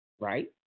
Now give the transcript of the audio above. right